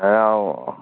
ꯑꯥ